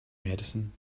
medicine